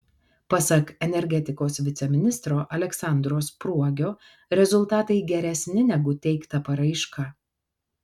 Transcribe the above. pasak energetikos viceministro aleksandro spruogio rezultatai geresni negu teikta paraiška